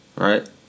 right